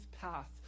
path